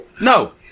No